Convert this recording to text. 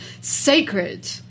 sacred